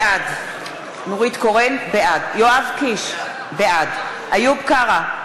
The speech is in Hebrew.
בעד יואב קיש, בעד איוב קרא,